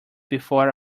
before